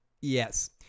yes